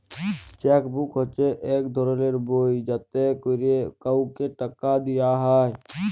cheque book হছে ইক ধরলের বই যাতে ক্যরে কাউকে টাকা দিয়া হ্যয়